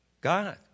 God